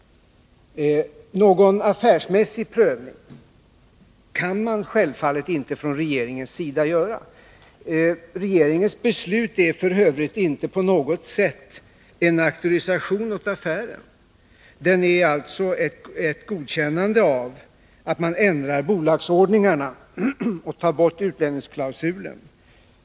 Någon affärsmässig prövning kan regeringen självfallet inte göra. Regeringens beslut är f.ö. inte på något sätt en auktorisation av affären. Den är ett godkännande av att man ändrar bolagsordningen och tar bort utlänningsklausulen.